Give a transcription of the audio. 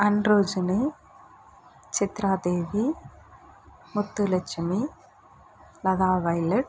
Anrojani Chitra Devi Muthulakshmi Latha violet